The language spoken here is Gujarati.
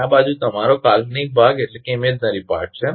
અને આ બાજુ તમારો કાલ્પનિક ભાગ છે